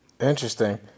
Interesting